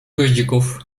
goździków